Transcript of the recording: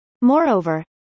Moreover